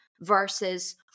versus